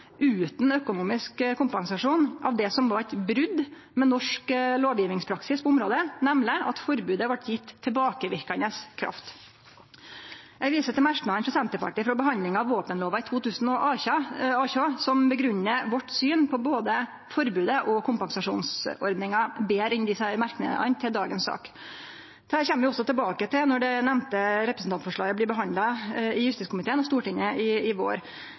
utan økonomisk kompensasjon av det som var eit brot med norsk lovgjevande praksis på området, nemleg at forbodet vart gjeve tilbakeverkande kraft. Eg viser til merknaden frå Senterpartiet frå behandlinga av våpenlova i 2018, som grunngjev vårt syn på både forbodet og kompensasjonsordninga betre enn merknadene til saka i dag. Dette kjem vi også tilbake til når det nemnde representantforslaget blir behandla i justiskomiteen og Stortinget i vår.